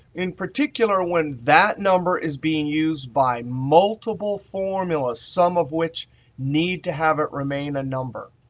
in particular, when that number is being used by multiple formulas, some of which need to have it remain a number.